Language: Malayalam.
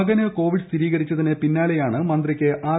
മകന് കോവിഡ് സ്ഥിരീകരിച്ചതിന് പിന്നാലെയാണ് മന്ത്രിക്ക് ആർ